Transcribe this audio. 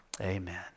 Amen